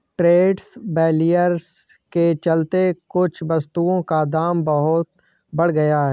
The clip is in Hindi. ट्रेड बैरियर के चलते कुछ वस्तुओं का दाम बहुत बढ़ गया है